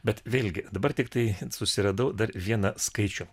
bet vėlgi dabar tiktai susiradau dar vieną skaičių